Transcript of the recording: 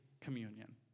communion